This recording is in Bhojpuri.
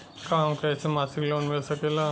का हमके ऐसे मासिक लोन मिल सकेला?